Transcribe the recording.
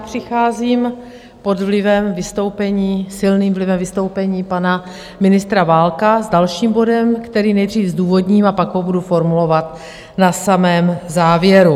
Přicházím pod vlivem vystoupení, silným vlivem vystoupení pana ministra Válka s dalším bodem, který nejdřív zdůvodním a pak ho budu formulovat na samém závěru.